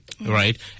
right